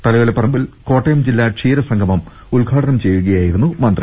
തലയോലപ്പറമ്പിൽ കോട്ടയംജില്ല ക്ഷീരസംഗമം ഉദ്ഘാടനം ചെയ്യുകയായിരുന്നു മന്ത്രി